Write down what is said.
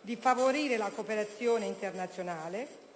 di favorire la cooperazione internazionale,